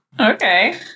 Okay